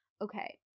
Okay